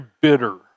bitter